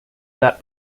that